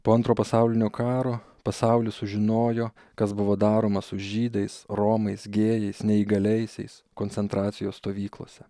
po antro pasaulinio karo pasaulis sužinojo kas buvo daroma su žydais romais gėjais neįgaliaisiais koncentracijos stovyklose